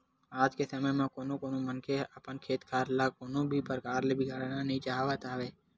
आज के समे म कोनो मनखे मन ह अपन खेत खार ल कोनो भी परकार ले बिगाड़ना नइ चाहत हवय